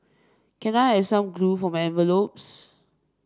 can I have some glue for my envelopes